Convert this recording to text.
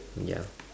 ya